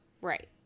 right